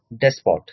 despot